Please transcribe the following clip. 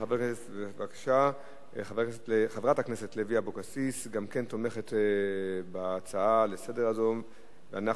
חברת הכנסת לוי אבקסיס גם כן תומכת בהצעה הזאת לסדר-היום.